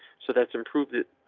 so that's improved.